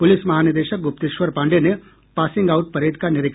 police महानिदेशक गुप्तेश्वर पांडेय ने passing out parade का निरीक्षण किया